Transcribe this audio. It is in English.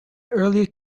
earlier